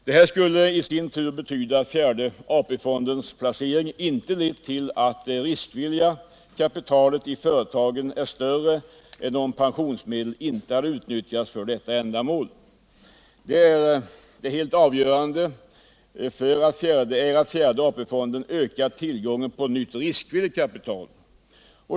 Detta skulle i sin tur betyda att fjärde AP-fondens placering inte lett till att det riskvilliga kapitalet i företagen är större än om pensionsmedel inte hade utnyttjats för detta ändamål. Det helt avgörande är att fjärde AP fonden ökar tillgången på nytt riskvilligt kapital.